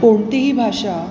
कोणतीही भाषा